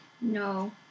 No